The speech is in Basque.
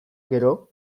gero